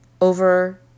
over